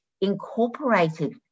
incorporated